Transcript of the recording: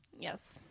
Yes